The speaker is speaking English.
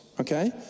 okay